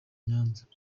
nyanza